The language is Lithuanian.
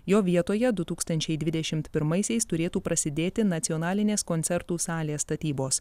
jo vietoje du tūkstančiai dvidešimt pirmaisiais turėtų prasidėti nacionalinės koncertų salės statybos